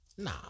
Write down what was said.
Nah